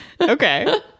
okay